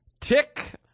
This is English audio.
Tick